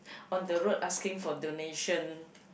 on the road asking for donation